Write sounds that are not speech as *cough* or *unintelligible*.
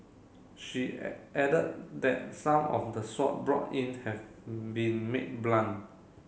she *unintelligible* added that some of the sword brought in have been made blunt